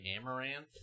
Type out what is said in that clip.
amaranth